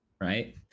right